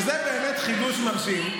שזה באמת חידוש מרשים.